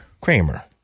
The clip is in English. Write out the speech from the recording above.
Kramer